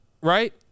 right